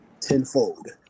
tenfold